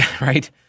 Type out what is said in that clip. Right